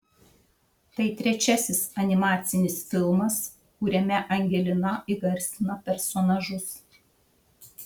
tai trečiasis animacinis filmas kuriame angelina įgarsina personažus